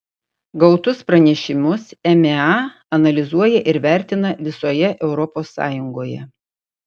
gautus pranešimus emea analizuoja ir vertina visoje europos sąjungoje